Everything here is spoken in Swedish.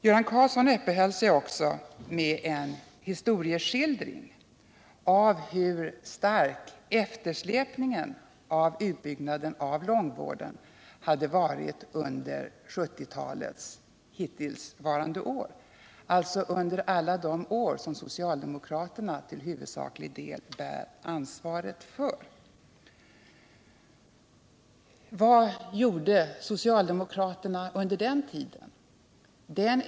Göran Karlsson uppehöll sig också vid en historieskildring av hur stark eftersläpningen av utbyggnaden av långvården hade varit under 1970-talets hittillsvarande år, alltså under alla de år då socialdemokraterna till huvudsaklig del bär ansvaret för utvecklingen. Vad gjorde socialdemokraterna under den tiden?